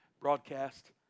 broadcast